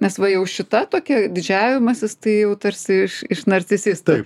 nes va jau šita tokia didžiavimasis tai jau tarsi iš narcisistų